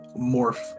morph